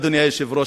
אדוני היושב-ראש,